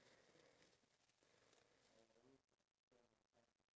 plants like flowers in singapore right